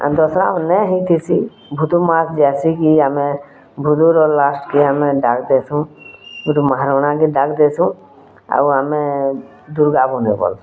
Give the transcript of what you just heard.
ଦଶହରା ଆମେ ହେଇ ଥିସି ଭୂତ୍ମାସେ ଯାଇସେ କି ଆମେ ଭୁଦର ଲାଷ୍ଟ୍ କେ ଆମେ ଡାଲ୍ ବେସଉ ଗୋଟେ ମାହାରଣାକୁ ଡାକ୍ ଦେସୁ ଆଉ ଆମେ ଦୁର୍ଗା ବନେ ପାର୍ସୁ